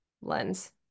lens